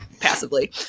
passively